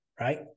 right